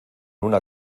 una